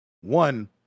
one